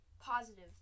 Positive